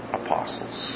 apostles